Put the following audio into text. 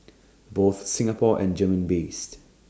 both Singapore and German based